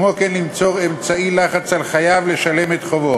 וכמו כן ליצור אמצעי לחץ על חייב לשלם את חובו.